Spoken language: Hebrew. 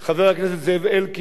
חבר הכנסת אורי אורבך,